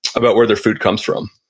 about where their food comes from.